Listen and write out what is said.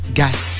gas